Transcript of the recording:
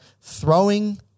throwing